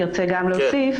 תרצה גם להוסיף.